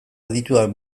adituak